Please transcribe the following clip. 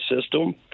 system